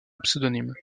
pseudonymes